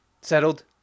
settled